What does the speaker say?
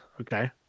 okay